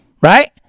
right